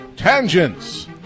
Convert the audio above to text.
Tangents